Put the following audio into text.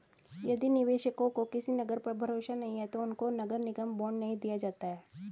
यदि निवेशकों को किसी नगर पर भरोसा नहीं है तो उनको नगर निगम बॉन्ड नहीं दिया जाता है